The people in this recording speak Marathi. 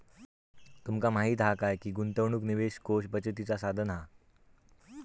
तुमका माहीत हा काय की गुंतवणूक निवेश कोष बचतीचा साधन हा